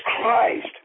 Christ